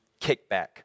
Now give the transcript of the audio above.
kickback